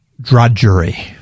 drudgery